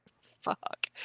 Fuck